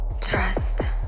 trust